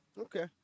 Okay